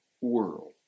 world